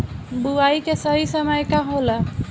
बुआई के सही समय का होला?